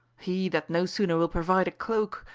he, that no sooner will provide a cloak,